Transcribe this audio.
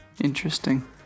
Interesting